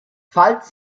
falls